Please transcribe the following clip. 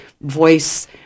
voice